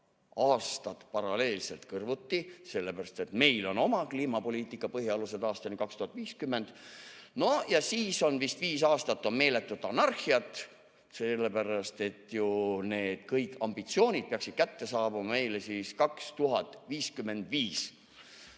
aastat paralleelselt, kõrvuti, sellepärast et meil on oma kliimapoliitika põhialused aastani 2050. No ja siis vist viis aastat on meeletut anarhiat, sellepärast et need kõik ambitsioonid peaksid ju kätte saabuma meile 2055,